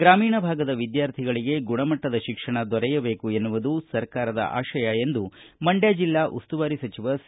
ಗ್ರಾಮಿಣ ಭಾಗದ ವಿದ್ಯಾರ್ಥಿಗಳಿಗೆ ಗುಣಮಟ್ಟದ ಶಿಕ್ಷಣ ದೊರೆಯಬೇಕು ಎನ್ನುವುದು ಸರ್ಕಾರದ ಆಶಯ ಎಂದು ಮಂಡ್ಕ ಜೆಲ್ಲಾ ಉಸ್ತುವಾರಿ ಸಚಿವ ಸಿ